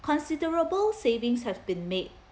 considerable savings have been made